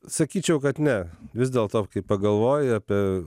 sakyčiau kad ne vis dėlto kai pagalvoji apie